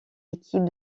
équipe